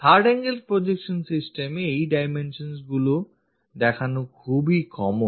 3rd angle projection system এ এই dimensionগুলি দেখানো খুবই common